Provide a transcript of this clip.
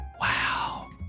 Wow